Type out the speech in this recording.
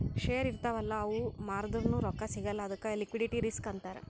share ಇರ್ತಾವ್ ಅಲ್ಲ ಅವು ಮಾರ್ದುರ್ನು ರೊಕ್ಕಾ ಸಿಗಲ್ಲ ಅದ್ದುಕ್ ಲಿಕ್ವಿಡಿಟಿ ರಿಸ್ಕ್ ಅಂತಾರ್